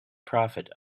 prophet